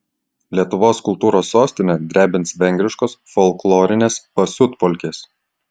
lietuvos kultūros sostinę drebins vengriškos folklorinės pasiutpolkės